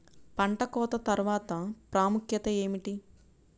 పంట కోత తర్వాత ప్రాముఖ్యత ఏమిటీ?